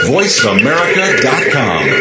VoiceAmerica.com